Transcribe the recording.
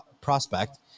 prospect